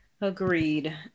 Agreed